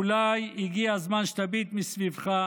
אולי הגיע הזמן שתביט מסביבך,